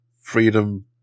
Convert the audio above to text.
freedom